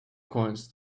coins